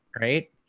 right